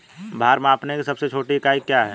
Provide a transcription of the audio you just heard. भार मापने की सबसे छोटी इकाई क्या है?